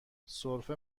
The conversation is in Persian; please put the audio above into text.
سرفه